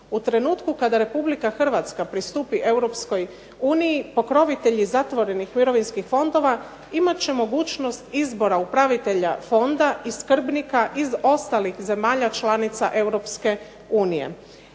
U trenutku kada Republika Hrvatska pristupi Europskoj uniji pokrovitelji zatvorenih mirovinskih fondova imat će mogućnost izbora upravitelja fonda i skrbnika iz ostalih zemalja članica Europske unije.